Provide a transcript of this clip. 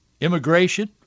immigration